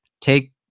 take